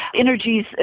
energies